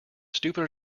stupid